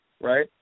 right